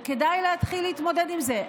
וכדאי להתחיל להתמודד עם זה.